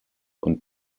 und